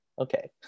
Okay